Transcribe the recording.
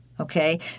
Okay